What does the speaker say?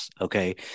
okay